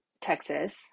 texas